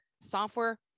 software